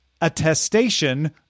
attestation